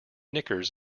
knickers